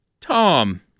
Tom